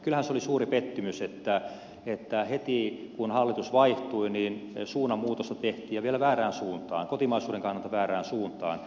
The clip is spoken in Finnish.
kyllähän se oli suuri pettymys että heti kun hallitus vaihtui niin suunnanmuutosta tehtiin ja vielä kotimaisuuden kannalta väärään suuntaan